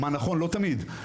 לא תמיד,